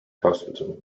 hospital